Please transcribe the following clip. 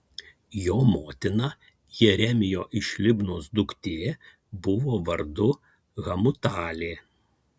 jo motina jeremijo iš libnos duktė buvo vardu hamutalė